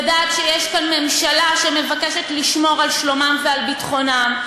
לדעת שיש כאן ממשלה שמבקשת לשמור על שלומם ועל ביטחונם.